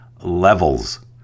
levels